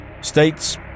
States